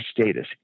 status